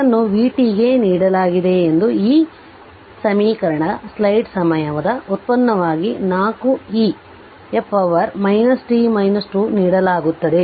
ಇದನ್ನು vt ಗೆ ನೀಡಲಾಗಿದೆ ಎಂದು ಈ ಅಭಿವ್ಯಕ್ತಿಗೆಗೆ ಸ್ಲೈಡ್ ಸಮಯದ ವ್ಯುತ್ಪನ್ನವಾಗಿ 4 e ಯ ಪವರ್ t 2 ನೀಡಲಾಗುತ್ತದೆ